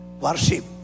worship